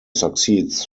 succeeds